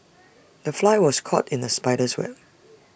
the fly was caught in the spider's web